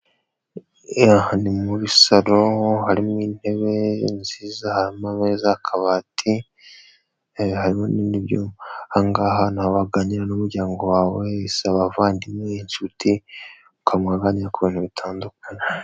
Aha ni muri salo, harimo intebe nziza, harimo ameza, akabati, harimo n'ibindi byumba. Ahangaha ni ahantu waganirira n'umuryango wawe, cyangwa se abavandimwe n'inshuti, mukaba mwaganira ku bintu bitandukanye.